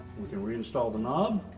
we can reinstall the knob